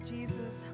Jesus